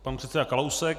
Pan předseda Kalousek.